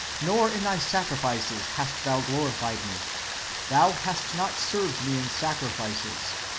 nor in thy sacrifices hast thou glorified me thou hast not served me in sacrifices,